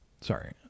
sorry